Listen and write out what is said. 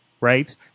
right